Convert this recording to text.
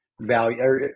value